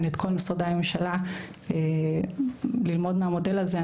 את כל משרדי הממשלה ללמוד מהמודל הזה.